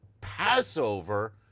Passover